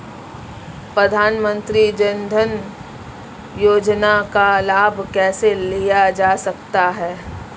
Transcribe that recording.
प्रधानमंत्री जनधन योजना का लाभ कैसे लिया जा सकता है?